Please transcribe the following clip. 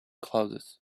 clothes